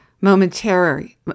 momentary